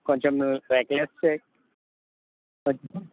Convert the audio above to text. కొంచెం రెక్లెస్ స కొ